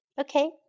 Okay